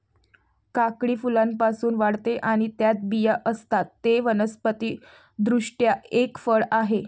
काकडी फुलांपासून वाढते आणि त्यात बिया असतात, ते वनस्पति दृष्ट्या एक फळ आहे